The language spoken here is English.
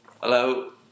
Hello